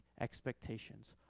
expectations